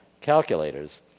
calculators